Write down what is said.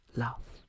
love